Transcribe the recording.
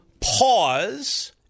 pause